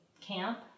camp